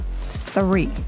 three